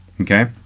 Okay